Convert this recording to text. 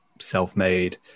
self-made